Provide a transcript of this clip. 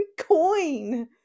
coin